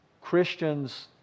Christians